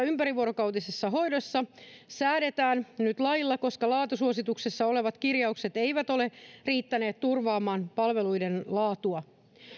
ympärivuorokautisessa hoidossa säädetään nyt lailla koska laatusuosituksessa olevat kirjaukset eivät ole riittäneet turvaamaan palveluiden laatua